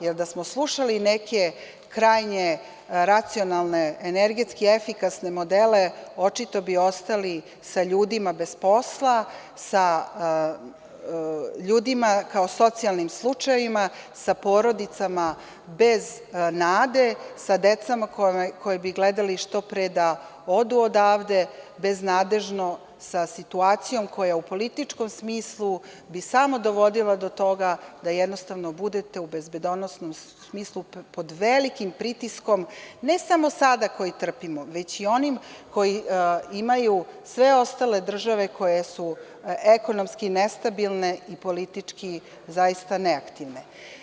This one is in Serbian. Jer, da smo slušali neke krajnje racionalne energetski efikasne modele, očito bi ostali sa ljudima bez posla, sa ljudima kao socijalnim slučajevima, sa porodicama bez nada, sa decom koja bi gledala što pre da odu odavde, beznadežno, sa situacijom koja u političkom smislu bi samo dovodila do toga da jednostavno budete u bezbednosnom smislu pod velikim pritiskom, ne samo sada koji trpimo, već i onim koji imaju sve ostale države koje su ekonomske nestabilne i politički zaista neaktivne.